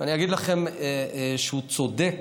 ואני אגיד לכם שהוא צודק,